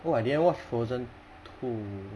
oh I didn't watch frozen two